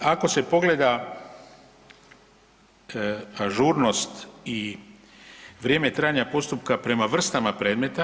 Ako se pogleda ažurnost i vrijeme trajanja postupka prema vrstama predmeta.